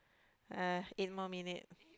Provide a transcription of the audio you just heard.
!aiayh! eight more minute